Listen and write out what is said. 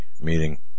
meeting